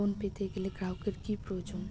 Loan পেতে গেলে গ্রাহকের কি প্রয়োজন?